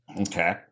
Okay